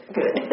good